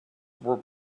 were